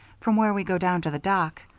from where we go down to the dock.